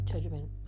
Judgment